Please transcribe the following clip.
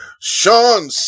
Sean